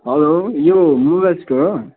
hello यो mobile store हो